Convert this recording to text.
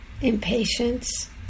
impatience